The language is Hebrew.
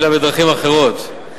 אלא בדרכים אחרות,